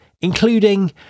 including